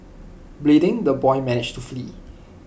bleeding the boy managed to flee